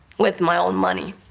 with my own money,